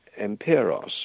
empiros